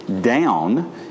down